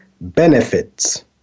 benefits